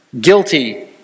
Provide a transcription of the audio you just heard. guilty